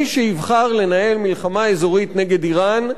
מי שיבחר לנהל מלחמה אזורית נגד אירן,